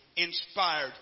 inspired